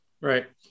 Right